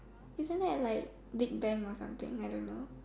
isn't that like Big-Bang or something I don't know